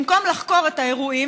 במקום לחקור את האירועים,